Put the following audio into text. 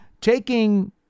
taking